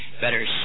better